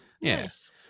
Yes